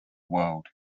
world